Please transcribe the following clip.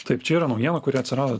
taip čia yra naujiena kuri atsirado